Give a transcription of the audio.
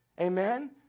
Amen